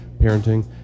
parenting